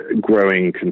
growing